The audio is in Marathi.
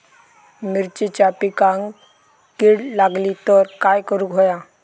मिरचीच्या पिकांक कीड लागली तर काय करुक होया?